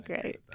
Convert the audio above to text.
great